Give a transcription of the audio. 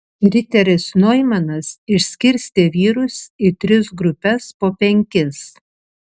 riteris noimanas išskirstė vyrus į tris grupes po penkis